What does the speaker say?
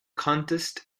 contest